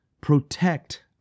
protect